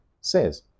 says